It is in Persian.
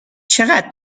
چقدر